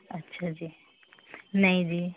ਅੱਛਾ ਜੀ ਨਹੀਂ ਜੀ